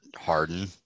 Harden